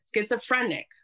schizophrenic